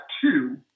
two